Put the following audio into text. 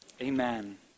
Amen